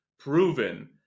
proven